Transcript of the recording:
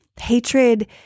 Hatred